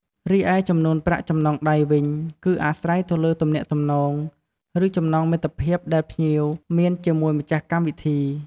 រីឯចំនួនប្រាក់ចំណងដៃវិញ គឺអាស្រ័យទៅលើទំនាក់ទំនង ឬ ចំណងមិត្តភាពដែលភ្ញៀវមានជាមួយម្ចាស់កម្មវិធី។